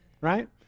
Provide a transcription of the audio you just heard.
right